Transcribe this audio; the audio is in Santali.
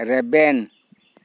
ᱨᱮᱵᱮᱱ